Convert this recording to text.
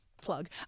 plug